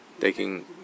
taking